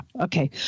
okay